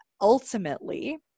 ultimately